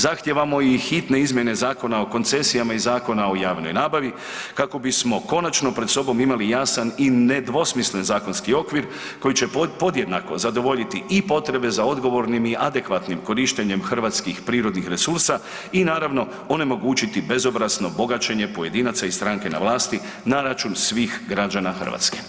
Zahtijevamo i hitne izmjene Zakona o koncesijama i Zakona o javnoj nabavi kako bismo konačno pred sobom imali jasan i nedvosmislen zakonski okvir koji će podjednako zadovoljiti i potrebe za odgovornim i adekvatnim korištenjem hrvatskih prirodnih resursa i naravno onemogućiti bezobrazno bogaćenje pojedinaca i stranke na vlasti na račun svih građana Hrvatske.